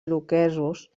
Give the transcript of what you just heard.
iroquesos